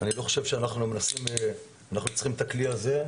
אני חושב שאנחנו צריכים את הכלי הזה,